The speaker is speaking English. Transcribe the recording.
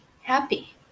happy